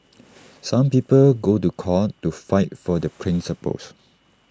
some people go to court to fight for their principles